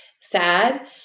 sad